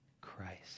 Christ